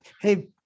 hey